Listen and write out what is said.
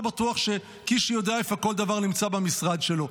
בטוח שקיש יודע איפה כל דבר נמצא במשרד שלו.